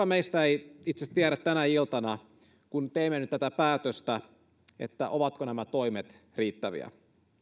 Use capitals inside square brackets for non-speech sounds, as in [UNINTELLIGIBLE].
[UNINTELLIGIBLE] meistä ei itse asiassa tiedä tänä iltana kun teemme nyt tätä päätöstä ovatko nämä toimet riittäviä